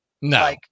No